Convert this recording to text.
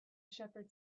shepherd